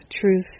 truth